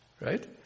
Right